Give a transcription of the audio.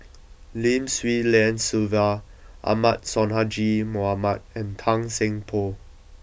Lim Swee Lian Sylvia Ahmad Sonhadji Mohamad and Tan Seng Poh